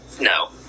No